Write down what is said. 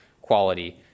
quality